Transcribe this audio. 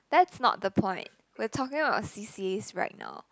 that's not the point we're talking about c_c_as right now